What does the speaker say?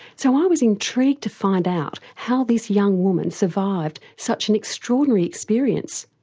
so i was intrigued to find out how this young woman survived such an extraordinary experience,